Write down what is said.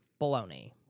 baloney